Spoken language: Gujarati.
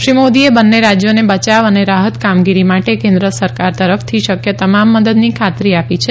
શ્રી મોદીએ બંને રાજ્યોને બચાવ અને રાહત કામગીરી માટે કેન્દ્ર તરફથી શક્ય તમામ મદદની ખાતરી આપી હતી